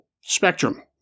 spectrum